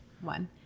one